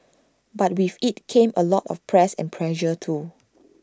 but with IT came A lot of press and pressure too